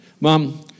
Mom